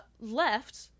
left